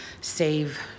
save